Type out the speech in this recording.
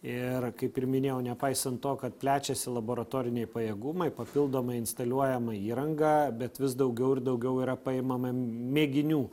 ir kaip ir minėjau nepaisant to kad plečiasi laboratoriniai pajėgumai papildomai instaliuojama įranga bet vis daugiau ir daugiau yra paimama mėginių